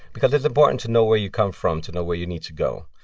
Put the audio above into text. because it's important to know where you come from to know where you need to go.